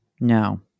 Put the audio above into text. no